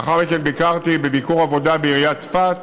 לאחר מכן ביקרתי בביקור עבודה בעיריית צפת,